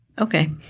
okay